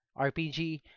RPG